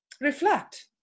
reflect